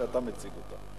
במיוחד כשאתה מציג אותו.